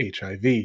HIV